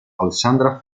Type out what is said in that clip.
alessandra